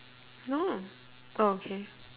no oh okay